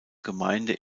gemeinde